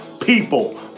People